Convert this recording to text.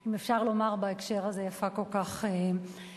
אם אפשר לומר בהקשר הזה, יפה כל כך מהדוכן.